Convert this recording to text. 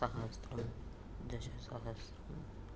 सहस्रं दशसहस्त्रम्